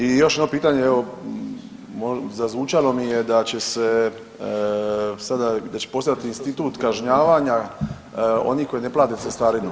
I još jedno pitanje evo zazvučalo mi je da će se sada već postojati institut kažnjavanja onih koji ne plate cestarinu.